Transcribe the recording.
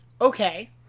Okay